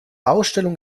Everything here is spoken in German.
ausstellung